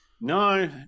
No